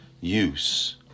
use